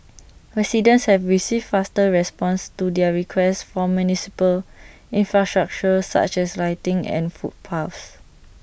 residents have received faster responses to their requests for municipal infrastructure such as lighting and footpaths